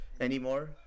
anymore